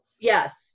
Yes